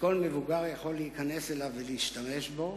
שכל מבוגר יכול להיכנס אליו ולהשתמש בו.